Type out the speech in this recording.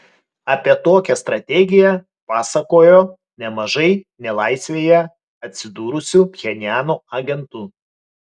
apie tokią strategiją pasakojo nemažai nelaisvėje atsidūrusių pchenjano agentų